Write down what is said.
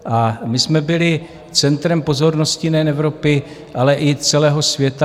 A my jsme byli centrem pozornosti nejen Evropy, ale i celého světa.